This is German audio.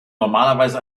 normalerweise